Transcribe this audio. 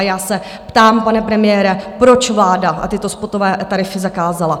Já se ptám, pane premiére, proč vláda tyto spotové tarify zakázala?